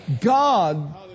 God